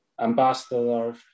ambassador